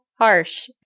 harsh